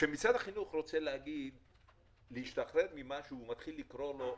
כשמשרד החינוך רוצה להשתחרר ממשהו הוא מתחיל לקרוא לו,